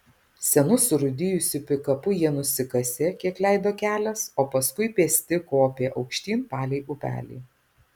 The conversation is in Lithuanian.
senu surūdijusiu pikapu jie nusikasė kiek leido kelias o paskui pėsti kopė aukštyn palei upelį